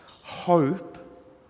hope